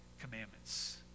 commandments